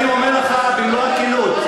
אבל אני אומר לך במלוא הכנות,